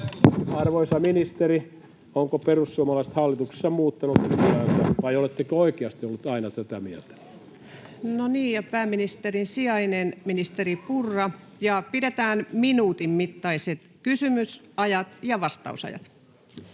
Arvoisa ministeri, ovatko perussuomalaiset hallituksessa muuttaneet mieltään, vai oletteko oikeasti olleet aina tätä mieltä? No niin, ja pääministerin sijainen, ministeri Purra. Pidetään minuutin mittaiset kysymysajat ja vastausajat.